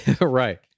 Right